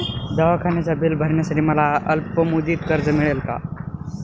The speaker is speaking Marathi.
दवाखान्याचे बिल भरण्यासाठी मला अल्पमुदतीचे कर्ज मिळेल का?